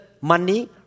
Money